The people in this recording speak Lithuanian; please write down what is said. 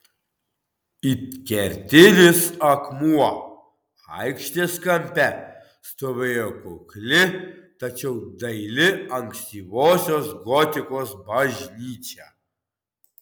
it kertinis akmuo aikštės kampe stovėjo kukli tačiau daili ankstyvosios gotikos bažnyčia